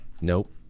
Nope